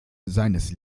seines